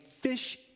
fish